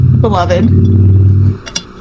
beloved